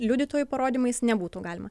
liudytojų parodymais nebūtų galima